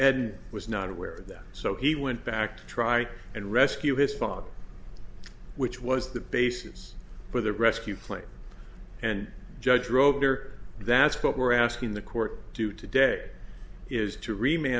ed was not aware of that so he went back to try and rescue his father which was the basis for the rescue plan and judge wrote or that's what we're asking the court do today is to remain